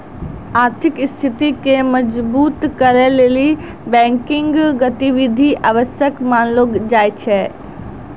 आर्थिक स्थिति के मजबुत करै लेली बैंकिंग गतिविधि आवश्यक मानलो जाय छै